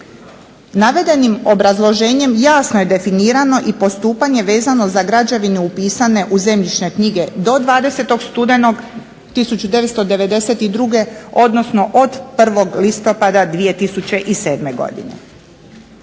Navedenim obrazloženjem jasno je definirano i postupanje vezano za građevine upisane u zemljišne knjige do 20. studenog 1992. odnosno od 1. listopada 2007. godine.